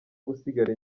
gusigara